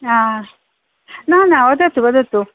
न न वदतु वदतु